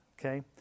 Okay